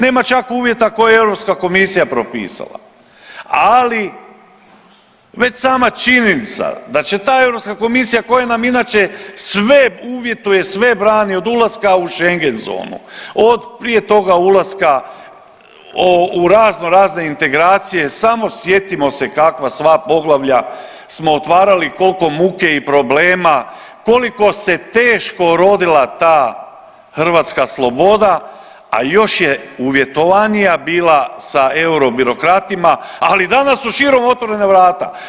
Nema čak uvjeta koje je Europska komisija propisala, ali već sama činjenica da će ta Europska komisija koja nam inače sve uvjetuje, sve brani od ulaska u Schengen zonu, od prije toga ulaska u razno razne integracije samo sjetimo se kakva sva poglavlja smo otvarali, koliko muke i problema, koliko se teško rodila ta hrvatska sloboda, a još je uvjetovanija bila sa eurobirokratima, ali danas su širom otvorena vrata.